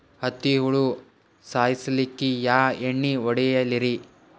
ಹತ್ತಿ ಹುಳ ಸಾಯ್ಸಲ್ಲಿಕ್ಕಿ ಯಾ ಎಣ್ಣಿ ಹೊಡಿಲಿರಿ?